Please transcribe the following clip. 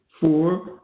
four